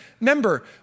remember